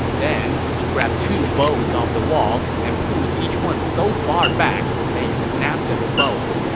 then, he grabbed two bows off the wall and pulled each one so far back that he snapped them both.